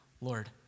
Lord